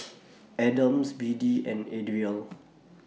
Adams Biddie and Adriel